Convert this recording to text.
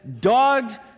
dogged